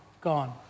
gone